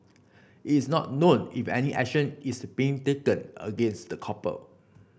it's not known if any action is being taken against the couple